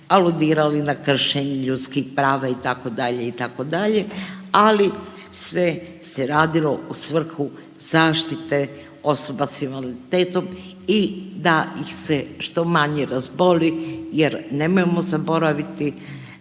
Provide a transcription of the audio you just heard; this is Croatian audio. aludirali na kršenje ljudskih prava itd. itd., ali sve se radilo u svrhu zaštite osoba s invaliditetom i da ih se što manje razboli jer nemojmo zaboraviti